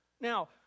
Now